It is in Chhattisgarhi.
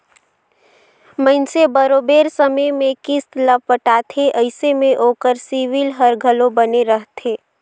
मइनसे बरोबेर समे में किस्त ल पटाथे अइसे में ओकर सिविल हर घलो बने रहथे